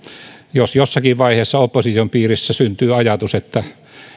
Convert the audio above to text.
jos jossakin vaiheessa opposition piirissä syntyy ajatus että